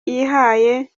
yihaye